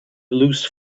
loose